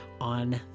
on